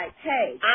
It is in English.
hey